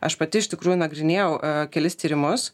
aš pati iš tikrųjų nagrinėjau kelis tyrimus